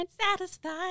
Satisfied